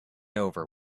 over